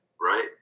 right